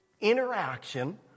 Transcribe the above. interaction